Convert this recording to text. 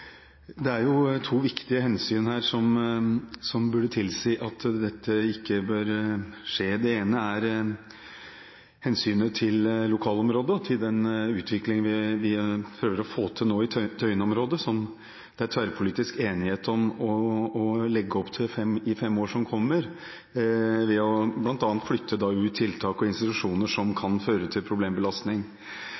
Det er to viktige hensyn som burde tilsi at dette ikke bør skje. Det ene er hensynet til lokalområdet og den utviklingen vi prøver å få til i Tøyen-området nå, som det er tverrpolitiske enighet om å legge opp til i de kommende fem år ved bl.a. å flytte ut tiltak og institusjoner som